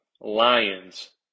Lions